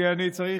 כי אני צריך,